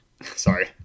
Sorry